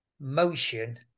motion